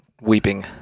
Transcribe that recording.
weeping